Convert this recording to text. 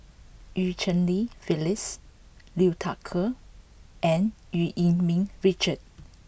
Eu Cheng Li Phyllis Liu Thai Ker and Eu Yee Ming Richard